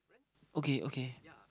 okay okay